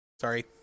Sorry